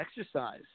exercise